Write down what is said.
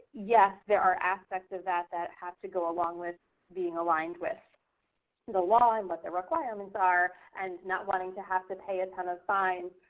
yes there are aspects of that that have to go along with being aligned with the law and what the requirements are, and not wanting to have to pay a ton of fines.